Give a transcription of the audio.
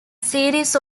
series